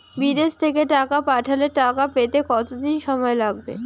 বিদেশ থেকে টাকা পাঠালে টাকা পেতে কদিন সময় লাগবে?